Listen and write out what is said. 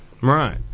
Right